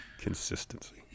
Consistency